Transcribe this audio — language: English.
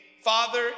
Father